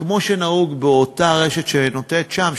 כמו שנהוג באותה רשת שנותנת שם,